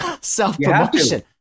self-promotion